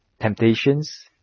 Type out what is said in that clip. temptations